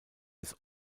des